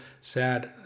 sad